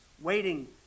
waiting